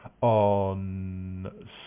On